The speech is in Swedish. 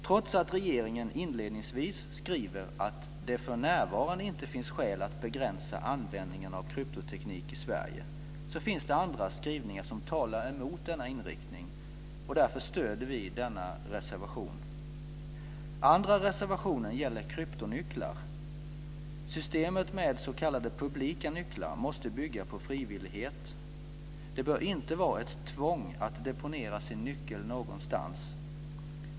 Trots att regeringen inledningsvis skriver att det för närvarande inte finns skäl att begränsa användningen av kryptoteknik i Sverige finns det andra skrivningar som talar emot denna inriktning, och därför stöder vi denna reservation. Andra reservationen gäller kryptonycklar. Systemet med s.k. publika nycklar måste bygga på frivillighet. Det bör inte vara ett tvång att deponera sin nyckel någonstans.